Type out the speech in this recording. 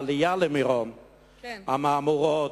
בעלייה למירון: המהמורות,